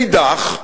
מאידך,